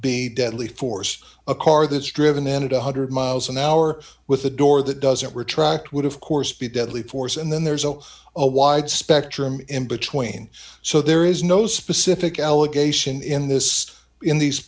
be deadly force a car that's driven into one hundred miles an hour with a door that doesn't retract would of course be deadly force and then there's also a wide spectrum in between so there is no specific allegation in this in these